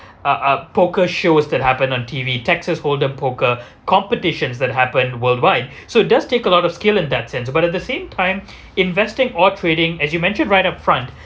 uh uh poker shows that happened on T_V texas holdem poker competitions that happen worldwide so does take a lot of skill in that sense but at the same time investing or trading as you mentioned right up front